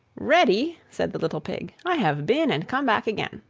ready! said the little pig, i have been and come back again,